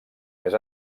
més